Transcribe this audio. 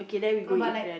no but like